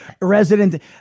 resident